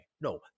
No